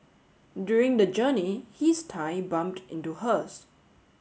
during the journey his thigh bumped into hers